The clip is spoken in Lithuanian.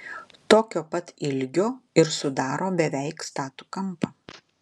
tokio pat ilgio ir sudaro beveik statų kampą